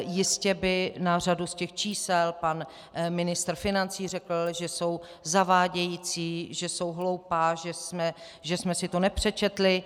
Jistě by na řadu z čísel pan ministr financí řekl, že jsou zavádějící, že jsou hloupá, že jsme si to nepřečetli.